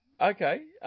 Okay